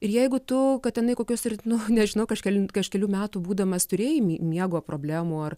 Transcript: ir jeigu tu kad tenai kokios ir nu nežinau kažkelin kažkelių metų būdamas turėjai miego problemų ar